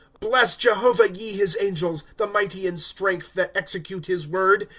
bless jehovah, ye his angels, the mighty in strength, that execute his word,